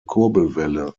kurbelwelle